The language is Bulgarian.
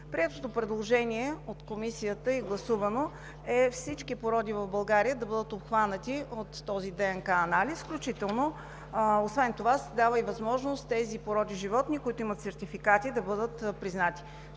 гласувано предложение от Комисията е всички породи в България да бъдат обхванати от този ДНК анализ. Освен това се дава и възможност тези породи животни, които имат сертификати, да бъдат признати.